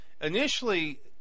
initially